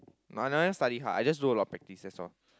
but I never study hard I just do a lot practices